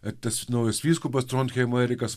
ir tas naujas vyskupas tronheimo erikas